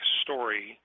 story